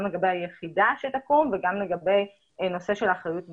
גם לגבי היחידה שתקום וגם לגבי נושא של אחריות מוחלטת.